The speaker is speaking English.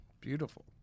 Beautiful